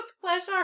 pleasure